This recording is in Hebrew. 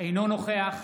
אינו נוכח